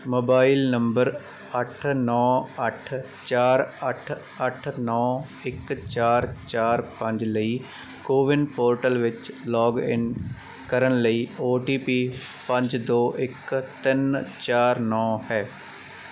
mobile number ਅੱਠ ਨੌਂ ਅੱਠ ਚਾਰ ਅੱਠ ਅੱਠ ਨੌਂ ਇੱਕ ਚਾਰ ਚਾਰ ਪੰਜ ਲਈ ਕੋਵਿਨ ਪੋਰਟਲ ਵਿੱਚ ਲੌਗਇਨ ਕਰਨ ਲਈ ਓ ਟੀ ਪੀ ਪੰਜ ਦੋ ਇੱਕ ਤਿੰਨ ਚਾਰ ਨੌਂ ਹੈ